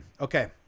Okay